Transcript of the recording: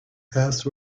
past